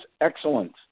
excellent